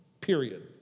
Period